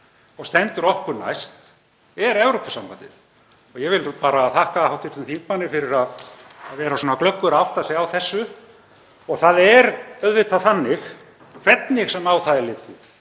og stendur okkur næst er Evrópusambandið. Ég vil bara þakka hv. þingmanni fyrir að vera svona glöggur að átta sig á þessu. Það er auðvitað þannig, hvernig sem á það er litið,